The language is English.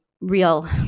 real